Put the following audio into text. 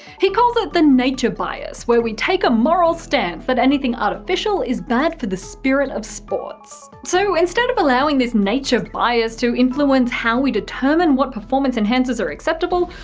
he calls it the nature bias, where we take a moral stance that anything artificial is bad for the spirit of sports. so instead of allowing this nature bias to influence how we determine what performance enhancers are acceptable,